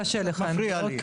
קשה לך, אוקיי.